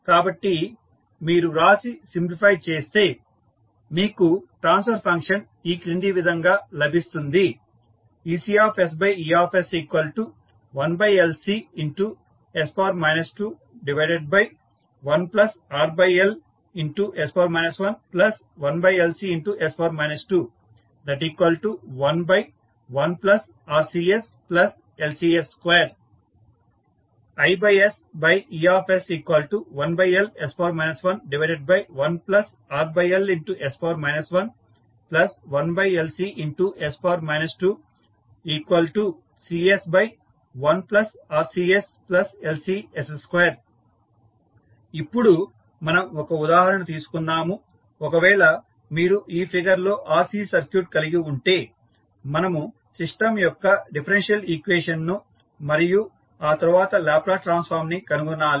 కాబట్టి మీరు వ్రాసి సింప్లిఫై చేస్తే మీకు ట్రాన్స్ఫర్ ఫంక్షన్ ఈ కింది విధంగా లభిస్తుంది EcEs 21RLs 11LCs 211RCsLCs2 IEs 11RLs 11LCs 2Cs1RCsLCs2 ఇప్పుడు మనం ఒక ఉదాహరణ తీసుకుందాము ఒకవేళ మీరు ఈ ఫిగర్ లో RC సర్క్యూట్ కలిగి ఉంటే మనము సిస్టం యొక్క డిఫరెన్షియల్ ఈక్వేషన్ ను మరియు ఆ తరువాత లాప్లాస్ ట్రాన్సఫార్మ్ ని కనుగొనాలి